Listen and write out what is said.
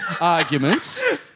Arguments